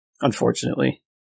Unfortunately